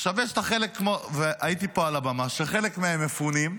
חלק מהם מפונים,